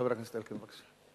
חבר הכנסת אלקין, בבקשה.